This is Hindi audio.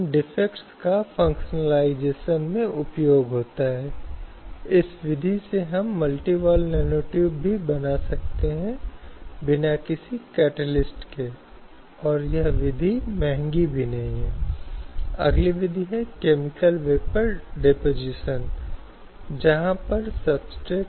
और वे किसी भी समय अपने अस्तित्व के लिए एक सूत्र के रूप में महसूस करते हैं यदि हम उस मामले का उल्लेख कर सकते हैं जिसे हम चारू खुराना के पिछले व्याख्यान में संदर्भित करते हैं जहां यह तर्क था कि मूल रूप से और पारंपरिक रूप से मेकअप कलाकार जहां केवल पुरुष थे और अगर महिलाओं की अनुमति मिलती तो यह हो सकता है कि कई पुरुषों की आजीविका सवालों में हों